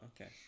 okay